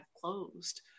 closed